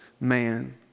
man